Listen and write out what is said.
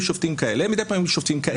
שופטים כאלה ומדי פעם יהיו שופטים כאלה.